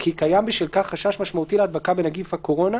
וכי קיים בשל כך חשש משמעותי להדבקה בנגיף הקורונה,